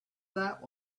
that